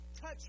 touch